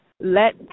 let